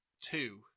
two